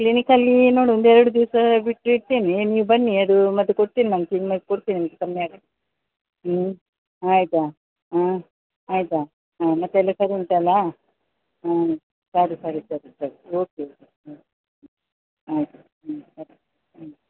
ಕ್ಲಿನಿಕಲ್ಲಿ ನೋಡಿ ಒಂದು ಎರಡು ದಿವಸ ಬಿಟ್ಟು ಇರ್ತೀನಿ ನೀವು ಬನ್ನಿ ಅದು ಮದ್ದು ಕೊಡ್ತಿನಿ ನಾನು ಮದ್ದು ಕೊಡ್ತೀನಿ ಕಮ್ಮಿ ಆಗಕ್ಕೆ ಹ್ಞೂ ಆಯಿತಾ ಹಾಂ ಆಯಿತಾ ಹಾಂ ಮತ್ತು ಎಲ್ಲ ಸರಿ ಉಂಟಲ್ಲ ಹಾಂ ಸರಿ ಸರಿ ಸರಿ ಸರಿ ಓಕೆ ಓಕೆ ಹ್ಞೂ ಆಯಿತು ಹ್ಞೂ ಸರಿ ಹ್ಞೂ